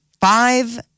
Five